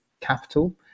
capital